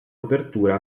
copertura